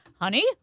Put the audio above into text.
Honey